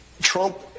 trump